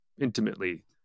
intimately